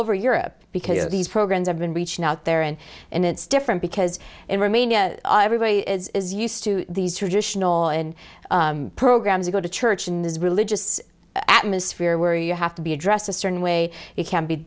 over europe because of these programs have been reaching out there and and it's different because in romania everybody is used to these traditional and programs go to church in this religious atmosphere where you have to be addressed a certain way it can be